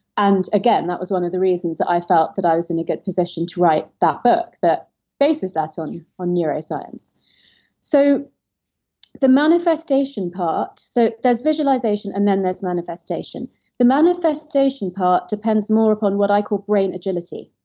and again, that was one of the reasons that i felt the i was in a good position to write that book that bases that so on ah neuroscience so the manifestation part, so there's visualization and then there's manifestation. the manifestation part depends more upon what i call brain agility,